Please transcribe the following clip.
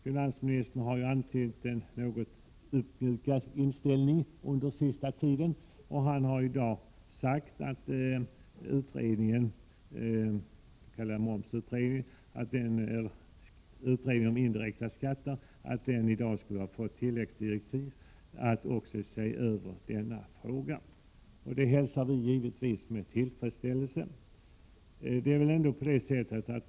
Finansministern har ju under den senaste tiden antytt en något uppmjukad inställning. Han har i dag sagt att utredningen om indirekta skatter skulle ha fått tilläggsdirektiv att också se över denna fråga. Det hälsar vi givetvis med tillfredsställelse.